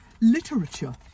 literature